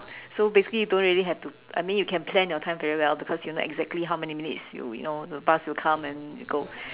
so basically don't really have to I mean you can plan your time very well because you not exactly how many minutes you've you know the bus will come and you go